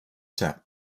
set